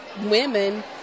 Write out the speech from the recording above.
women